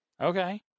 Okay